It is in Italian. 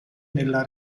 nella